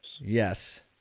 Yes